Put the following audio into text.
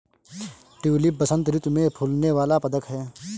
tulip बसंत ऋतु में फूलने वाला पदक है